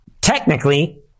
technically